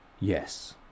Yes